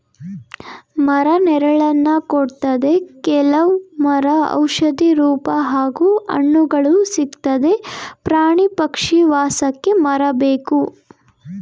ಮರ ನೆರಳನ್ನ ಕೊಡ್ತದೆ ಕೆಲವ್ ಮರ ಔಷಧಿ ರೂಪ ಹಾಗೂ ಹಣ್ಣುಗಳು ಸಿಕ್ತದೆ ಪ್ರಾಣಿ ಪಕ್ಷಿ ವಾಸಕ್ಕೆ ಮರ ಬೇಕು